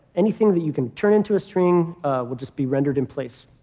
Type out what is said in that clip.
anything that you can turn into a string will just be rendered in place.